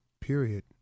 period